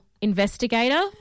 investigator